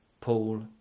paul